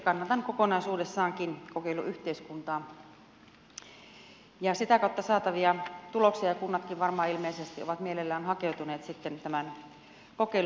kannatan kokonaisuudessaankin kokeiluyhteiskuntaa ja sitä kautta saatavia tuloksia ja kunnatkin varmaan ilmeisesti ovat mielellään hakeutuneet sitten tämän kokeilun pariin